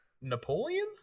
Napoleon